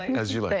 as you like.